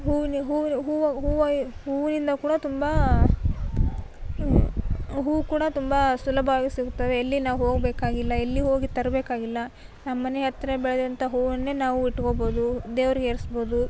ಹೂವಿನ ಹೂವಿವ ಹೂವು ಹೂವು ಹೂವಿನಿಂದ ಕೂಡ ತುಂಬ ಹೂವು ಕೂಡ ತುಂಬ ಸುಲಭವಾಗಿ ಸಿಗುತ್ತವೆ ಎಲ್ಲಿ ನಾವು ಹೋಗಬೇಕಾಗಿಲ್ಲ ಎಲ್ಲಿ ಹೋಗಿ ತರಬೇಕಾಗಿಲ್ಲ ನಮ್ಮನೆ ಹತ್ರ ಬೆಳೆದಂಥ ಹೂವನ್ನೇ ನಾವು ಇಟ್ಕೊಳ್ಬೋದು ದೇವ್ರಿಗೆ ಏರಿಸ್ಬೋದು